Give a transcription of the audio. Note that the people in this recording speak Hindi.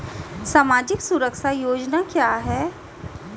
सामाजिक सुरक्षा योजना क्या है?